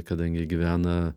kadangi gyvena